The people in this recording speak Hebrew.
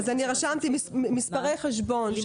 רשמתי מספרי חשבון,